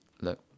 look